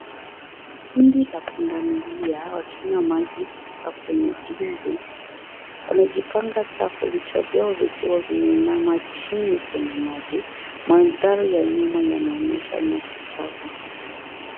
Kundi la pundamilia wakinywa maji kutoka kwenye dimbwi, wamejipanga safu vichwa vyao vikiwa vimeinama chini kwenye maji, mandhari ya nyuma yanaonyesha nyasi kavu.